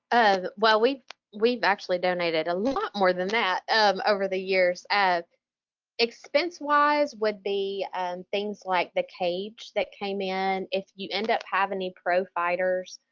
ah well, we've we've actually donated a lot more than that um over the years. expense wise would be and things like the cage that came in, if you end up having any pro fighters,